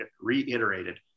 reiterated